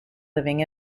living